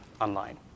online